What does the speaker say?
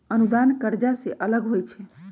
अनुदान कर्जा से अलग होइ छै